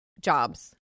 jobs